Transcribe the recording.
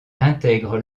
intègre